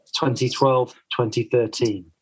2012-2013